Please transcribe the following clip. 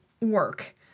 work